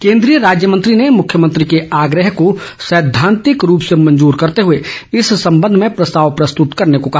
केन्द्रीय राज्य मंत्री ने मुख्यमंत्री के आग्रह को सैद्वांतिक रूप से मंजूर करते हुए इस संबंध में प्रस्ताव प्रस्तुत करने को कहा